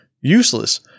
useless